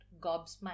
gobsmacked